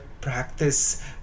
practice